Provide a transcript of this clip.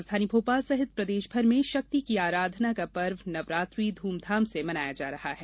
राजधानी भोपाल सहित प्रदेशभर में शक्ति की आराधना का पर्व नवरात्रि धूमधाम से मनाया जा रहा है